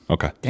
Okay